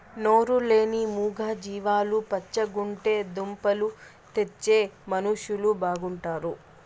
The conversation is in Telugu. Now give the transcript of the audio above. నోరు లేని మూగ జీవాలు పచ్చగుంటే దుంపలు తెచ్చే మనుషులు బాగుంటారు